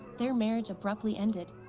their marriage abruptly ended.